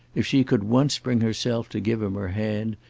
if she could once bring herself to give him her hand,